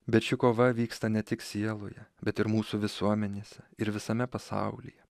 bet ši kova vyksta ne tik sieloje bet ir mūsų visuomenėse ir visame pasaulyje